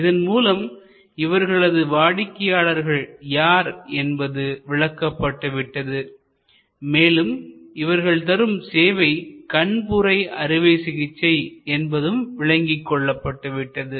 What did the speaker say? இதன் மூலம் இவர்களது வாடிக்கையாளர்கள் யார் என்பது விளக்கப்பட்டு விட்டது மேலும் இவர்கள் தரும் சேவை கண் புரை அறுவை சிகிச்சை என்பதும் விளங்கிக் கொள்ளப்பட்டு விட்டது